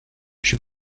she